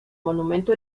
monumento